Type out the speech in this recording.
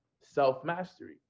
self-mastery